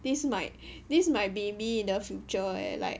this might this might maybe in the future eh like